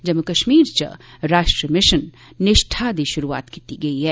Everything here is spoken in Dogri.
जम्मू कश्मीर च राष्ट्री मिशन 'निष्ठा' दी शुरुआत कीती गेई ऐ